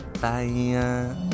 Bye